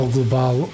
Global